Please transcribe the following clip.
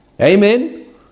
Amen